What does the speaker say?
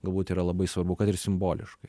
galbūt yra labai svarbu kad ir simboliškai